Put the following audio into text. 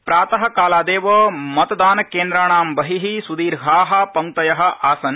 प्रात कालादेव मतदानकेन्द्राणां बहि सुदीर्या पंक्तय आसन्